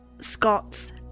Scots